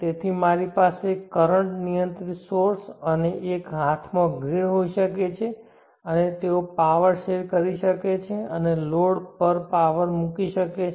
તેથી મારી પાસે કરંટ નિયંત્રિત સોર્સ અને એક હાથમાં ગ્રીડ હોઈ શકે છે અને તેઓ પાવર શેર કરી શકે છે અને લોડ પર પાવર મૂકી શકે છે